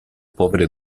povere